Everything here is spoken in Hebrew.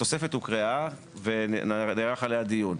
התוספת הוקראה ונערך עליה דיון.